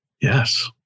yes